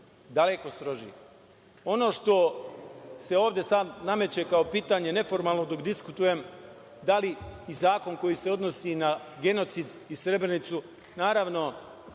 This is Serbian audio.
daleko strožije. Ono što se ovde nameće kao pitanje neformalno dok diskutujem, da li i zakon koji se odnosi na genocid i Srebrenicu, naravno